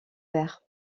vert